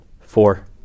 Four